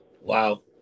Wow